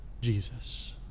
Jesus